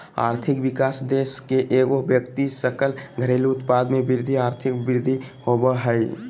आर्थिक विकास देश के एगो व्यक्ति सकल घरेलू उत्पाद में वृद्धि आर्थिक वृद्धि होबो हइ